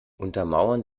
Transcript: untermauern